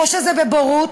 או שזה מבורות,